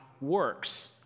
works